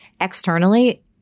externally